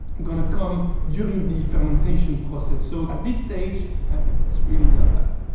gonna come during the fermentation process. so, at this stage, i think it's really not bad.